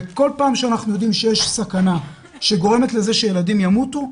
וכל פעם שאנחנו יודעים שיש סכנה שגורמת לזה שילדים ימותו,